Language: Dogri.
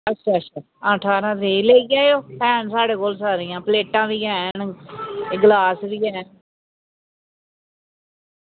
अच्छा अच्छा ठारां तरीक लेई जायो हैन साढ़े कोल सारियां प्लेटां बी हैन एह् गलास बी हैन